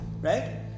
right